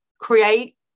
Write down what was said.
create